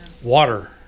water